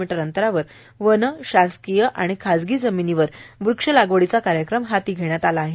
मी अंतरावर वन शासकीय व खाजगी जमिनीवर वृक्षलागवडीचा कार्यक्रम हाती घेण्यात आला आहे